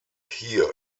hier